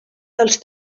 dels